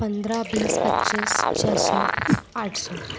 पंद्रह बीस पच्चीस छ सौ आठ सौ